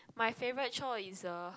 my favorite chore is uh